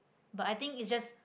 but I think is just